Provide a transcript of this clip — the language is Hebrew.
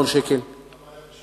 מה היה בשנה שעברה?